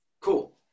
Cool